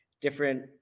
different